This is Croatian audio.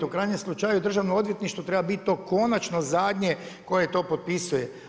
U krajnjem slučaju državno odvjetništvo treba biti to konačno zadnje koje to potpisuje.